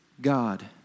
God